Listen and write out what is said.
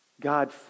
God